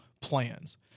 plans